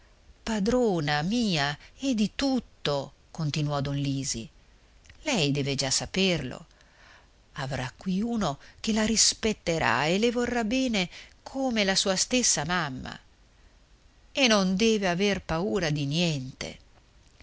padrona mia e di tutto continuò don lisi lei deve già saperlo avrà qui uno che la rispetterà e le vorrà bene come la sua stessa mamma e non deve aver paura di niente